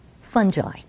fungi